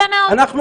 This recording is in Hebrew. אני